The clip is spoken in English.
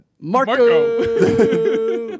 Marco